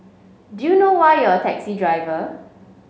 do you know why you're a taxi driver